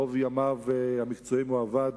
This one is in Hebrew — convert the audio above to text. רוב ימיו המבצעיים הוא עבד